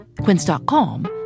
Quince.com